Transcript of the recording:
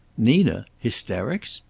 nina! hysterics?